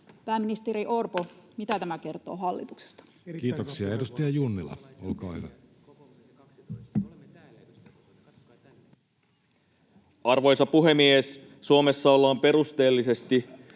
mitä tämä kertoo hallituksesta? Kiitoksia. — Edustaja Junnila, olkaa hyvä. Arvoisa puhemies! Suomessa ollaan perusteellisesti